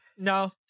No